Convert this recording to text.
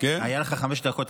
היו לך חמש דקות.